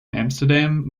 amsterdam